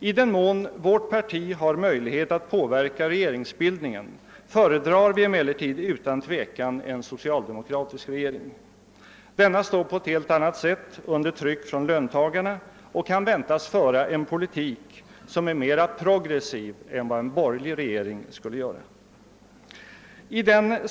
I den mån vårt parti har möjlighet att påverka regeringsbildningen föredrar vi emellertid utan tvekan en socialdemokratisk regering. En sådan står på ett helt annat sätt under tryck från löntagarna och kan förväntas föra en politik som är mera progressiv än en borgerlig regering.